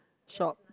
shop